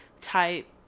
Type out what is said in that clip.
type